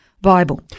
Bible